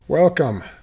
Welcome